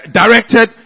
directed